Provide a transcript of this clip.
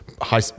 high